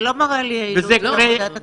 זה לא מראה על יעילות של עבודת הכנסת.